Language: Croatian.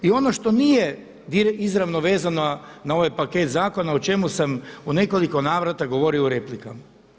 I ono što nije izravno vezano na ovaj paket zakona o čemu sam u nekoliko navrata govorio u replikama.